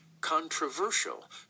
controversial